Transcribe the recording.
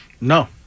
No